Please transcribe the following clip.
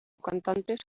cantantes